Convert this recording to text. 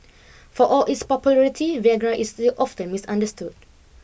for all its popularity Viagra is still often misunderstood